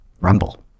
Rumble